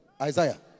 Isaiah